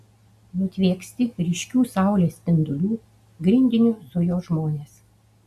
nutvieksti ryškių saulės spindulių grindiniu zujo žmonės